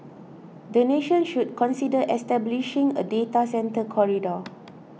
the nation should consider establishing a data centre corridor